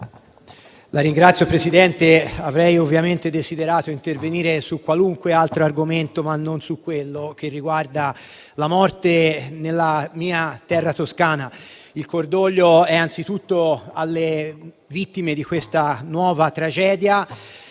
Signor Presidente, avrei desiderato intervenire su qualunque altro argomento, ma non sulla morte nella mia terra Toscana. Il cordoglio è anzitutto alle vittime di questa nuova tragedia